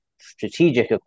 strategic